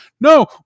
no